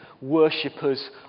worshippers